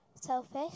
Selfish